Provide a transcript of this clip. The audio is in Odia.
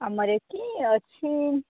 ଆମର ଏଠି ଅଛି